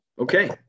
Okay